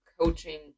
coaching